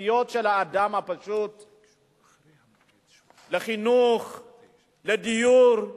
הבסיסיות של האדם הפשוט לחינוך, לדיור,